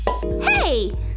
Hey